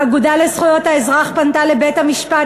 האגודה לזכויות האזרח פנתה לבית-המשפט